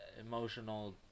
emotional